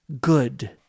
good